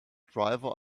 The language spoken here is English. driver